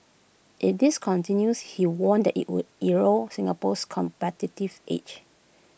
if this continues he warned that IT would erode Singapore's competitive edge